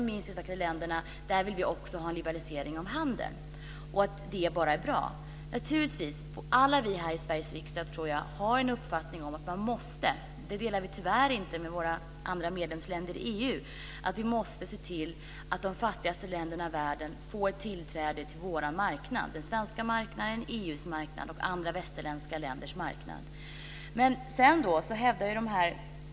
Vi vill också ha en liberalisering av handeln när det gäller de minst utvecklade länderna. Det är naturligtvis bara bra. Jag tror att vi alla här i Sveriges riksdag har en uppfattning om att man måste se till att de fattigaste länderna i världen får tillträde till vår marknad - den svenska marknaden, EU:s marknad och andra västerländska länders marknad. Tyvärr delar vi inte den uppfattningen med de andra medlemsländerna i EU.